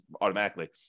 automatically